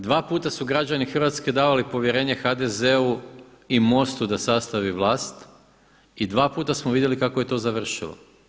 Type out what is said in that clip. Dva puta su građani Hrvatske davali povjerenje HDZ-u i MOST-u da sastavi vlast i dva puta smo vidjeli kako je to završilo.